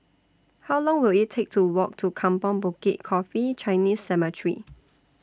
How Long Will IT Take to Walk to Kampong Bukit Coffee Chinese Cemetery